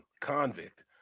convict